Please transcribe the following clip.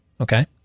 Okay